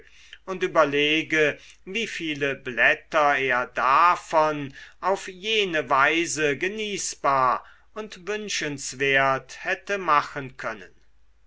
und überlege wie viele blätter er davon auf jene weise genießbar und wünschenswert hätte machen können